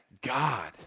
God